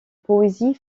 poésie